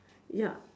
ya